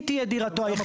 היא תהיה דירתו היחידה.